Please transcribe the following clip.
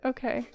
Okay